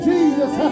Jesus